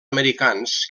americans